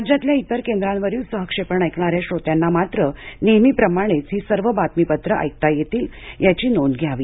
राज्यातल्या इतर केंद्रांवरील सहक्षेपण ऐकणार्यान श्रोत्यांना मात्र नेहमीप्रमाणेच ही सर्व बातमीपत्र ऐकता येतील याची नोंद घ्यावी